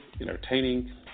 entertaining